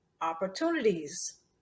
opportunities